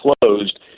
closed